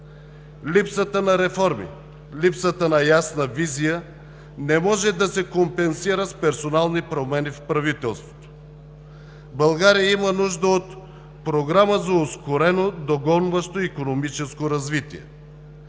Липсата на реформи, липсата на ясна визия не могат да се компенсират с персонални промени в правителството. България има нужда от програма за ускорено догонващо икономическо развитие.